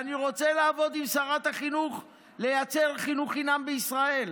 אני רוצה לעבוד עם שרת החינוך לייצר חינוך חינם בישראל,